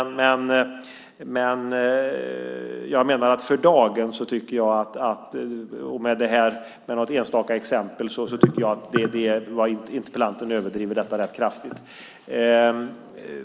Men för dagen och med något enstaka exempel tycker jag att interpellanten överdriver detta rätt kraftigt.